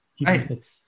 Right